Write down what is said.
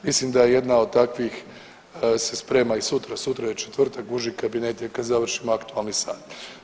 Mislim da je jedna od takvih se sprema i sutra, sutra je četvrtak uži kabinet je kad završimo aktualni sat.